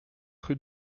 cru